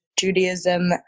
Judaism